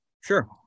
Sure